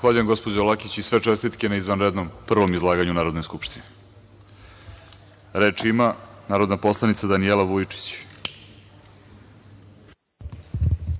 Zahvaljujem, gospođo Lakić i sve čestitke na izvanrednom prvom izlaganju u Narodnoj skupštini. Reč ima narodna poslanica Danijela Vujičić.